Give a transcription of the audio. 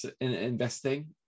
investing